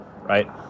Right